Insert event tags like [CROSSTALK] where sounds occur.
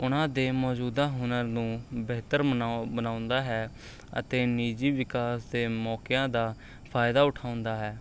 ਉਹਨਾਂ ਦੇ ਮੌਜੂਦਾ ਹੁਨਰ ਨੂੰ ਬਿਹਤਰ [UNINTELLIGIBLE] ਮਨਾਉਂਦਾ ਹੈ ਅਤੇ ਨਿੱਜੀ ਵਿਕਾਸ ਦੇ ਮੌਕਿਆਂ ਦਾ ਫਾਇਦਾ ਉਠਾਉਂਦਾ ਹੈ